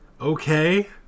okay